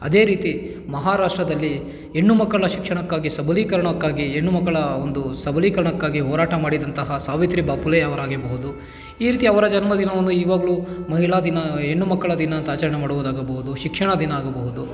ಅದೇ ರೀತಿ ಮಹಾರಾಷ್ಟ್ರದಲ್ಲಿ ಹೆಣ್ಣುಮಕ್ಕಳ ಶಿಕ್ಷಣಕ್ಕಾಗಿ ಸಬಲೀಕರಣಕ್ಕಾಗಿ ಹೆಣ್ಣುಮಕ್ಕಳ ಒಂದು ಸಬಲೀಕರಣಕ್ಕಾಗಿ ಹೋರಾಟ ಮಾಡಿದಂತಹ ಸಾವಿತ್ರಿ ಬಾಪುಲೆ ಅವರಾಗಿರಬಹುದು ಈ ರೀತಿ ಅವರ ಜನ್ಮದಿನವನ್ನು ಈವಾಗಲೂ ಮಹಿಳಾ ದಿನ ಎಣ್ಣುಮಕ್ಕಳ ದಿನ ಅಂತ ಆಚರಣೆ ಮಾಡೋದಾಗಬಹುದು ಶಿಕ್ಷಣ ದಿನ ಆಗಬಹುದು